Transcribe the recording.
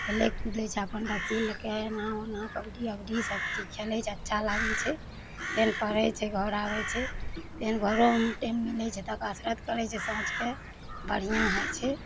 खेलै कुदै छै अपन रस्सी लऽ कऽ एना उना कबड्डी अब्डी सबचीज खेलै छै अच्छा लागै छै फेर पढ़ै छै घर आबै छै फेर घरोमे टाइम मिलै छै तऽ कसरत करै छै साँझके बढ़िआँ होइ छै